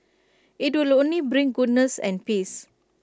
IT will only bring goodness and peace